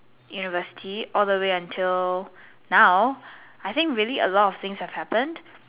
university all the way until now I think really a lot of things have happen